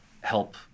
help